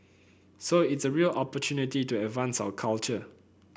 so it's a real opportunity to advance our culture